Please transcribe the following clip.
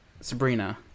Sabrina